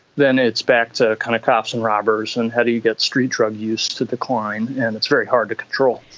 then it's back to kind of cops and robbers and how do you get street drug use to decline and it's very hard to control.